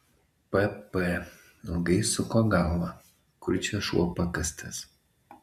pp ilgai suko galvą kur čia šuo pakastas